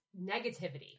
negativity